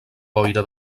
boira